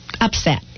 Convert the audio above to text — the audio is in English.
upset